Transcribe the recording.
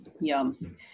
Yum